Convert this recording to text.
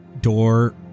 door